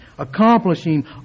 accomplishing